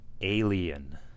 Alien